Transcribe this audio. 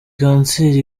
kanseri